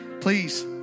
Please